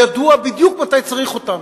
ידוע בדיוק מתי צריך אותן.